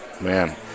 man